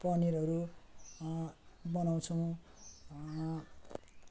पनिरहरू बनाउँछौँ